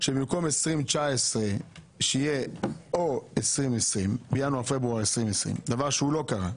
שבמקום 2019 יהיה ינואר-פברואר 2020, דבר שלא קרה.